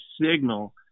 signal